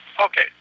Okay